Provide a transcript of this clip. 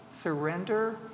surrender